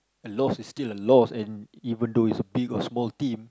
a loss is still a loss and even though it's a big or small team